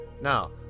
now